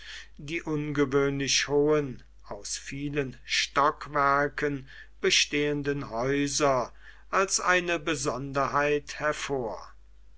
die ungewöhnlich hohen aus vielen stockwerken bestehenden häuser als eine besonderheit hervor